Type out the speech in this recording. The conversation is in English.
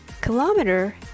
Kilometer